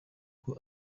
ubwo